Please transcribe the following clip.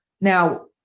Now